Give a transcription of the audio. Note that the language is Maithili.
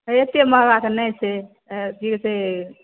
एतय महँगा तऽ नहि छै हँ जीविते अइ